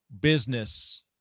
business